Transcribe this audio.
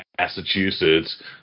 Massachusetts